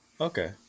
Okay